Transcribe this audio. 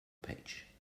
page